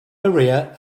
maria